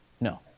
No